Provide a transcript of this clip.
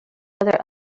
other